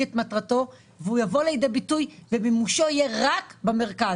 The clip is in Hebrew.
את מטרתו והוא יבוא לידי ביטוי ומימושו יהיה רק במרכז.